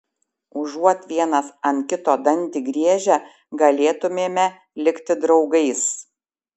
užuot vienas ant kito dantį griežę galėtumėme likti draugais